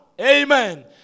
Amen